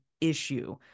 issue